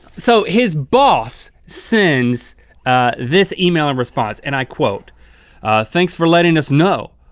so his boss sends this email in response, and i quote thanks for letting us know.